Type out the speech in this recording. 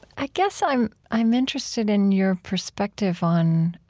i guess i'm i'm interested in your perspective on